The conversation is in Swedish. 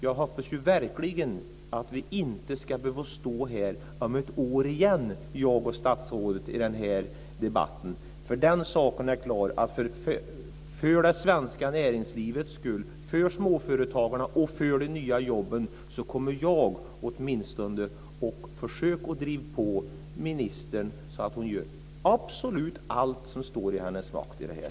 Jag hoppas verkligen att statsrådet och jag inte ska behöva stå här igen om ett år och debattera detta men den saken är klar att för det svenska näringslivets skull och för småföretagarna och de nya jobben kommer jag åtminstone att försöka driva på ministern så att hon gör absolut allt som står i hennes makt här.